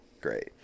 great